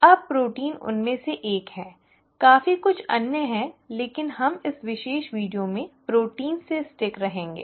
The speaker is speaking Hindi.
अब प्रोटीन उनमें से एक है काफी कुछ अन्य हैं लेकिन हम इस विशेष वीडियो में प्रोटीन से स्टिक रहेंगे